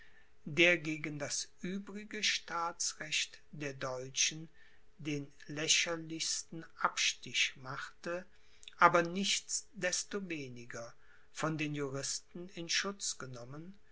der gegen das übrige staatsrecht der deutschen den lächerlichsten abstich machte aber nichts destoweniger von den juristen in schutz genommen